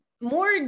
More